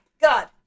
god